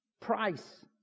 price